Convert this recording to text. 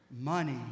Money